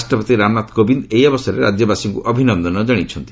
ରାଷ୍ଟ୍ରପତି ରାମନାଥ କୋବିନ୍ଦ୍ ଏହି ଅବସରରେ ରାଜ୍ୟବାସୀଙ୍କ ଅଭିନନ୍ଦନ ଜଣାଇଛନ୍ତି